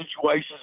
situations